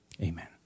Amen